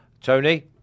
Tony